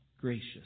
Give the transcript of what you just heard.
gracious